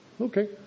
Okay